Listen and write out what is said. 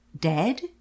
Dead